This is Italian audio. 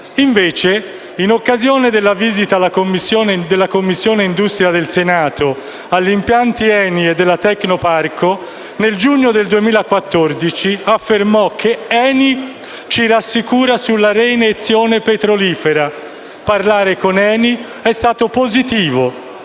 Invece, in occasione della visita della Commissione industria del Senato, agli impianti dell'ENI e della Tecnoparco, nel giugno del 2014, affermò che: «ENI ci rassicura sulla reiniezione petrolifera», «parlare con ENI è stato positivo,